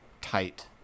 tight